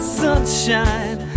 sunshine